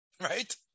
right